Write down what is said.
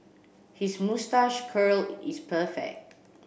his moustache curl is perfect